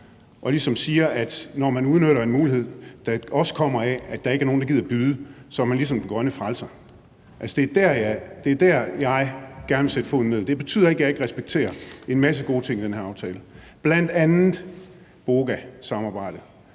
man siger, at når man udnytter en mulighed, der også kommer af, at der ikke er nogen, der gider at byde, så er man ligesom den grønne frelser. Altså, det er der, hvor jeg gerne vil sætte foden ned. Det betyder ikke, at jeg ikke respekterer en masse gode ting i den her aftale, bl.a. BOGA-samarbejdet,